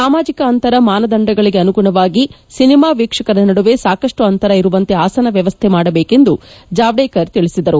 ಸಾಮಾಜಿಕ ಅಂತರ ಮಾನದಂಡಗಳಿಗೆ ಅನುಗುಣವಾಗಿ ಸಿನಿಮಾ ವೀಕ್ಷಕರ ನಡುವೆ ಸಾಕಷ್ಟು ಅಂತರ ಇರುವಂತೆ ಆಸನ ವ್ಯವಸ್ಸೆ ಮಾಡಬೇಕು ಎಂದು ಜಾವಡೇಕರ್ ತಿಳಿಸಿದರು